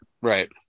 right